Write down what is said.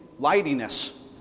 lightiness